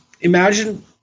imagine